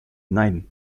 nein